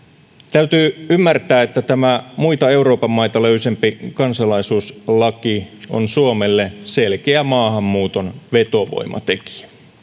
täytyy ymmärtää että tämä muita euroopan maita löysempi kansalaisuuslaki on suomelle selkeä maahanmuuton vetovoimatekijä